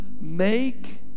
Make